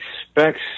expects